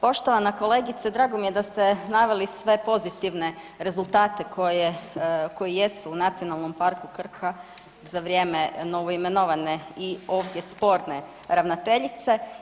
Poštovana kolegice, drago mi je da ste naveli sve pozitivne rezultate koji jesu u Nacionalnom parku Krka za vrijeme novoimenovane i ovdje sporne ravnateljice.